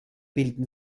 bilden